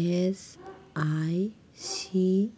ꯑꯦꯁ I ꯁꯤ